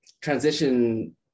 transition